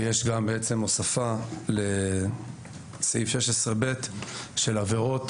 ויש גם בעצם הוספה לסעיף 16ב של עבירות